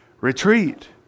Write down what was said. retreat